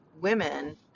women